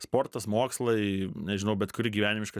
sportas mokslai nežinau bet kuri gyvenimiška